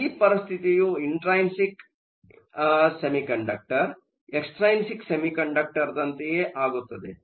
ಈ ಪರಿಸ್ಥಿತಿಯು intrinsic semiconductor extrinsic ಸೆಮಿಕಂಡಕ್ಟರ್ದಂತಯೆ ಆಗತ್ತದೆ